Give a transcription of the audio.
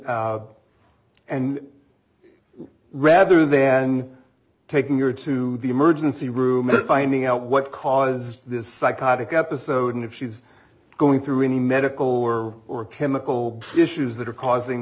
and and rather than taking your to the emergency room finding out what caused this psychotic episode and if she's going through any medical or or chemical issues that are causing